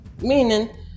Meaning